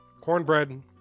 cornbread